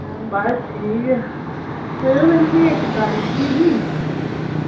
बस ठीक यरो में तुसेंगी इक्क गल्ल पुच्छनी ही